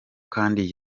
kandi